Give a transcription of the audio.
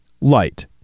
light